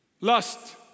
lust